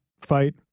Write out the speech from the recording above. fight